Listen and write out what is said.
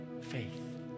faith